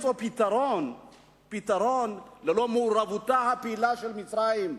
לפתרון ללא מעורבותה הפעילה של מצרים,